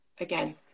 again